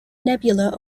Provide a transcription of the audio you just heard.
nebula